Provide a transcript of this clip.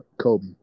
Kobe